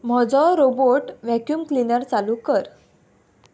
म्हजो robot vacuum cleaner चालू कर